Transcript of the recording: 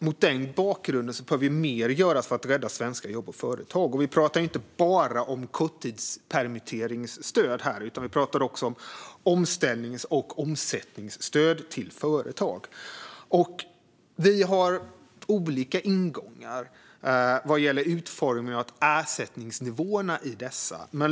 Mot den bakgrunden behöver mer göras för att rädda svenska jobb och företag. Vi talar inte bara om korttidspermitteringsstöd. Vi talar också om omställnings och omsättningsstöd till företag. Vi har olika ingångar vad gäller utformningen av ersättningsnivåerna i dessa.